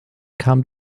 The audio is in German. kam